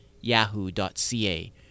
yahoo.ca